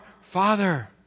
Father